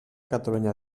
catalunya